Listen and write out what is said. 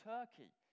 Turkey